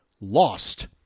lost